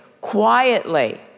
quietly